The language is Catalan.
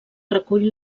recull